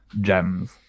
gems